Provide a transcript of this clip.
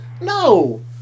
No